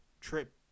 trip